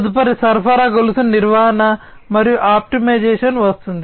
తదుపరి సరఫరా గొలుసు నిర్వహణ మరియు ఆప్టిమైజేషన్ వస్తుంది